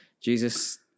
Jesus